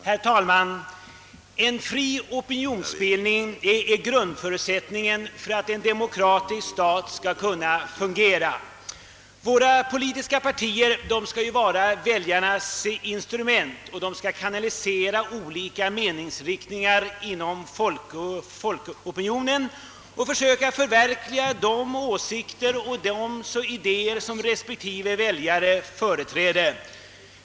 Herr talman! En fri opinionsbildning är grundförutsättningen för att en demokratisk stat skall kunna fungera. Våra politiska partier skall ju vara väljarnas instrument; de skall kanalisera olika meningsyttringar inom folkopinionen och försöka förverkliga de åsikter och idéer som respektive väljare företräder.